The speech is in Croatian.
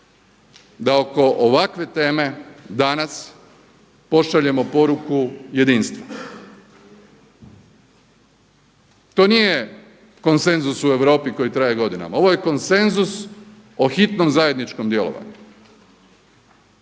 da oko ovakve teme danas pošaljemo poruku jedinstva. To nije konsenzus u Europi koji traje godinama, ovo je konsenzus o hitnom zajedničkom djelovanju